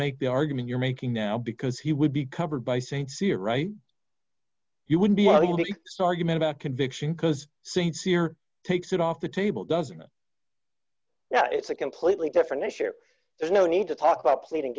make the argument you're making now because he would be covered by st cyr right you would be so are you mad about conviction because st cyr takes it off the table doesn't it now it's a completely different issue there's no need to talk about pleading